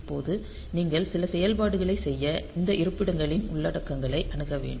இப்போது நீங்கள் சில செயல்பாடுகளைச் செய்ய இந்த இருப்பிடங்களின் உள்ளடக்கங்களை அணுக வேண்டும்